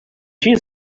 she